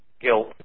guilt